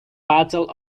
battle